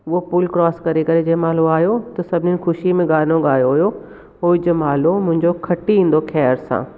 उहो पुल क्रॉस करे करे जेमहिल उहो आहियो त सभिनीनि ख़ुशी में गानो ॻायो हुओ होइ जमालो मुंहिंजो खटी ईंदो ख़ैरि सां